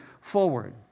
forward